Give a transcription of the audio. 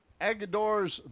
Agador's